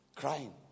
crying